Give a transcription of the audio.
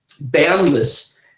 boundless